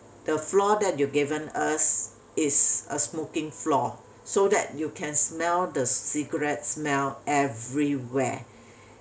the floor that you've given us is a smoking floor so that you can smell the cigarette smell everywhere